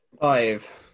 Five